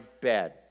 bed